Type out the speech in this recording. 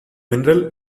mineral